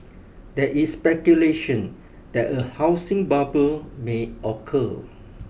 there is speculation that a housing bubble may occur